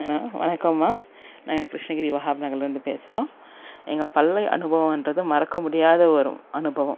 வணக்கம்மா நான் கிருஷ்ணகிரி வஹாப் நகர்லிருந்து பேசுகிறோம் எங்கள் பள்ளி அனுபவன்றது மறக்க முடியாத ஒரு அனுபவம்